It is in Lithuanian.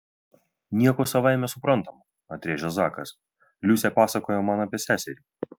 nieko savaime suprantamo atrėžė zakas liusė pasakojo man apie seserį